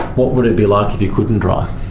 what would it be like if you couldn't drive?